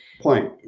point